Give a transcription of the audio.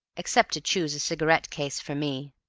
except to choose a cigarette case for me.